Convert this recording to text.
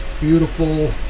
beautiful